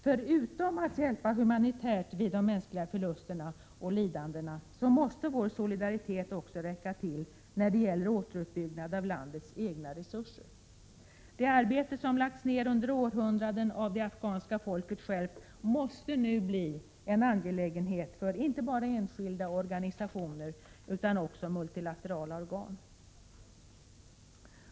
Förutom till humanitär hjälp i samband med de mänskliga förlusterna och lidandena måste vår solidaritet också räcka till ett bistånd när det gäller återuppbyggnad av landets egna resurser. Det arbete som lagts ner under århundraden av det afghanska folket självt måste nu bli en angelägenhet för inte bara enskilda organisationer utan också multilaterala organ.